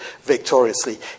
victoriously